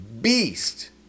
Beast